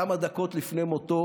כמה דקות לפני מותו